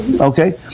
Okay